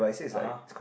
(uh huh)